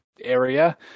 area